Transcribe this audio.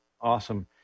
Awesome